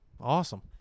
Awesome